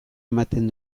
ematen